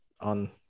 on